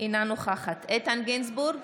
אינה נוכחת איתן גינזבורג,